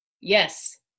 Yes